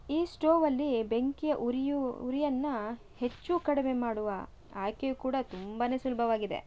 ಈ ಸ್ಟೋವಲ್ಲಿ ಬೆಂಕಿಯ ಉರಿಯು ಉರಿಯನ್ನು ಹೆಚ್ಚು ಕಡಮೆ ಮಾಡುವ ಆಯ್ಕೆಯು ಕೂಡ ತುಂಬಾ ಸುಲಭವಾಗಿದೆ